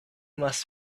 must